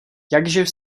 jakživ